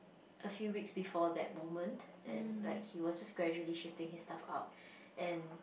a few weeks before that moment and like he was just gradually shifting his stuff out and